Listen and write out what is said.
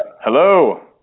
Hello